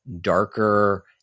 darker